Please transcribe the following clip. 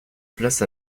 place